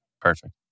perfect